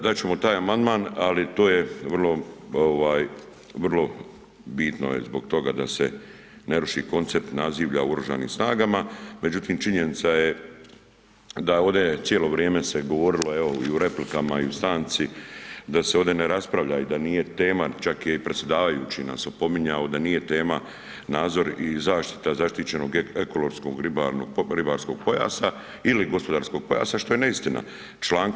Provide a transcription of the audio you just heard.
Dat ćemo taj amandman, ali to je vrlo ovaj vrlo bitno je zbog toga da se ne ruši koncept nazivlja u oružanim snagama, međutim činjenica je da ovde cijelo vrijeme se govorilo, evo i u replikama i u stanci da se ovde ne raspravlja i da nije tema, čak je i predsjedavajući nas opominjao da nije tema nadzor i zaštita zaštićenog ekološkog ribarskog pojasa ili gospodarskog pojasa što je neistina.